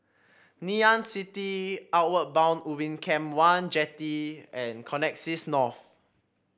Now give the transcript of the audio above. Ngee Ann City Outward Bound Ubin Camp one Jetty and Connexis North